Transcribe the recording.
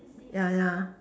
ya ya